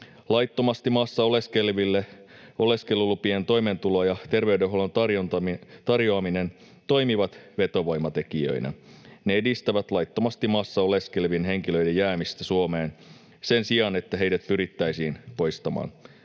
Laittomasti maassa oleskeleville oleskelulupien, toimeentulon ja terveydenhuollon tarjoaminen toimivat vetovoimatekijöinä. Ne edistävät laittomasti maassa oleskelevien henkilöiden jäämistä Suomeen sen sijaan, että heidät pyrittäisiin poistamaan